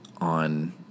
On